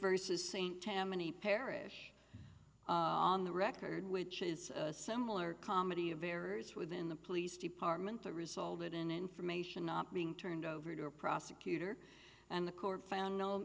versus st tammany parish the record which is a similar comedy of errors within the police department that resulted in information not being turned over to a prosecutor and the court found no